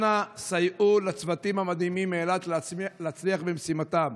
אנא סייעו לצוותים המדהימים מאילת להצליח במשימתם.